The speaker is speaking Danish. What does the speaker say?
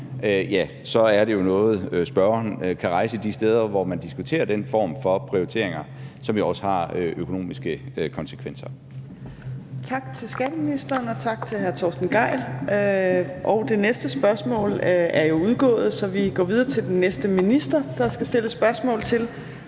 ja, så er det jo noget, spørgeren kan rejse de steder, hvor man diskuterer den form for prioriteringer, som jo også har økonomiske konsekvenser. Kl. 15:46 Fjerde næstformand (Trine Torp): Tak til skatteministeren, og tak til hr. Torsten Gejl. Det næste spørgsmål er jo udgået, så vi går videre til den næste minister, der skal stilles spørgsmål til,